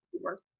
work